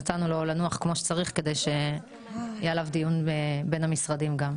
נתנו לו לנוח כמו שצריך כדי שיהיה עליו דיון גם בין המשרדים.